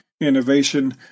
innovation